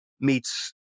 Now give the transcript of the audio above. meets